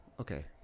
okay